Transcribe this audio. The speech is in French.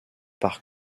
par